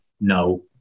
no